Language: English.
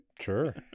Sure